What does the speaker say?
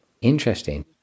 Interesting